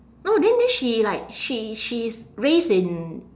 orh then then she like she she's raised in